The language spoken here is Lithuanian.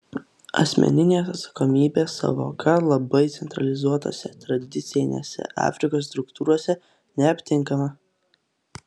asmeninės atsakomybės sąvoka labai centralizuotose tradicinėse afrikos struktūrose neaptinkama